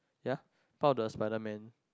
yeah about the spiderman